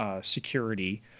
security